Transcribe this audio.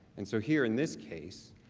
and so here, in this case,